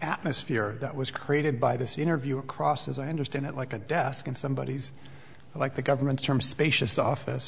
atmosphere that was created by this interview across as i understand it like a desk and somebody like the government's term spacious office